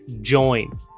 join